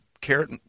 carrot